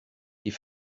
die